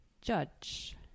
judge